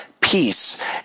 peace